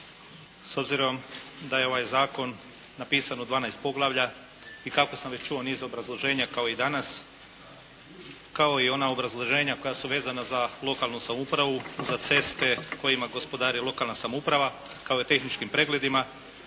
S obzirom da je ovaj zakon napisan u 12 poglavlja i kako sam već čuo niz obrazloženja kao i danas, kao i ona obrazloženja koja su vezana za lokalnu samoupravu, za ceste kojima gospodari lokalna samouprava kao i tehničkim pregledima,